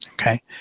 Okay